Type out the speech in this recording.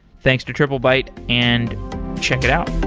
thanks to triplebyte, and check it out.